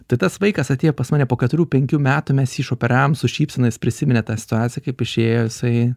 tai tas vaikas atėjo pas mane po keturių penkių metų mes jį išoperavom su šypsena jis prisiminė tą situaciją kaip išėjo jisai